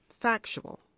factual